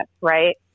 right